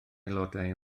aelodau